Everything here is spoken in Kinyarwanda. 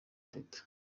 teta